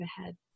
ahead